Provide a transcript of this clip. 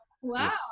wow